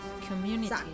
community